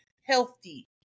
healthy